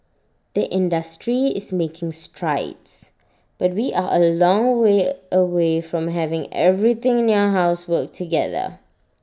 the industry is making strides but we are A long way away from having everything in your house work together